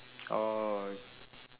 oh